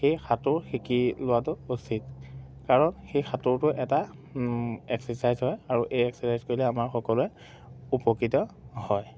সেই সাঁতোৰ শিকি লোৱাটো উচিত কাৰণ সেই সাঁতোৰটো এটা এক্সাৰচাইজ হয় আৰু এই এক্সাৰচাইজ কৰিলে আমাৰ সকলোৱে উপকৃত হয়